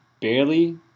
barely